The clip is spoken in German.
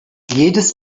jedes